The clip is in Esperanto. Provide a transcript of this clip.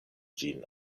ĝin